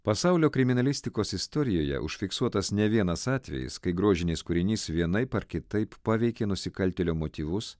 pasaulio kriminalistikos istorijoje užfiksuotas ne vienas atvejis kai grožinis kūrinys vienaip ar kitaip paveikė nusikaltėlio motyvus